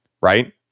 right